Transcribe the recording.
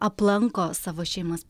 aplanko savo šeimas